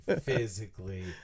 physically